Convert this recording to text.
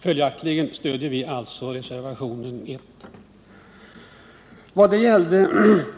Följaktligen stöder vi reservationen 1.